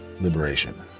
liberation